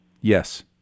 Yes